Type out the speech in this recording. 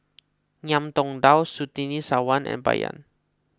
Ngiam Tong Dow Surtini Sarwan and Bai Yan